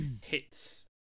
hits